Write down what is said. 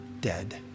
dead